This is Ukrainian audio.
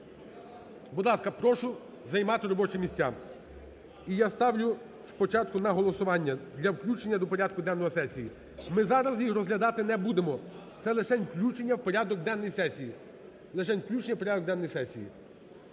Будь ласка, прошу займати робочі місця. І я ставлю спочатку на голосування для включення до порядку денного сесії. Ми зараз їх розглядати не будемо, це лишень включення в порядок денний сесії.